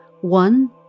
one